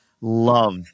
love